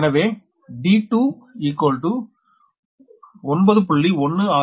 எனவே d2 9